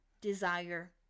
desire